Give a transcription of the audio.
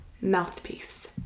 mouthpiece